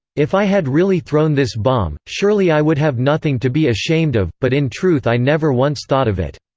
if i had really thrown this bomb, surely i would have nothing to be ashamed of, but in truth i never once thought of it.